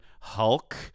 Hulk